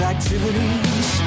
activities